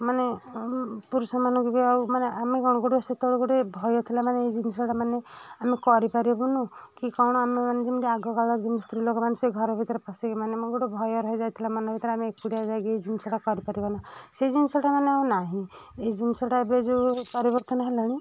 ମାନେ ପୁରୁଷମାନଙ୍କୁ ବି ଆଉ ମାନେ ଆମେ କ'ଣ ଗୋଟେ ସେତେବେଳେ ଗୋଟେ ଭୟ ଥିଲା ମାନେ ଏଇ ଜିନଷଟା ମାନେ ଆମେ କରିପାରିବୁନୁ କି କ'ଣ ଆମେ ମାନେ ଯେମିତି ଆଗକାଳରେ ଯେମିତି ସ୍ତ୍ରୀ ଲୋକମାନେ ସେଇ ଘର ଭିତରେ ପଶିକି ମାନେ ମୁଁ ଗୋଟେ ଭୟ ରହିଯାଇଥିଲା ମନ ଭିତରେ ଆମେ ଏକୁଟିଆ ଯାଇକି ଜିନିଷଟା କରିପାରିଲାନି ସେଇ ଜିନିଷଟା ମାନେ ଆଉ ନାହିଁ ଏଇ ଜିନିଷଟା ଏବେ ଯେଉଁ ପରିବର୍ତ୍ତନ ହେଲାଣି